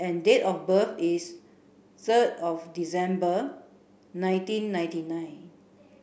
and date of birth is third of December nineteen ninety nine